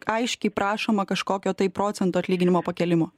aiškiai prašoma kažkokio tai procento atlyginimo pakėlimo